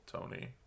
Tony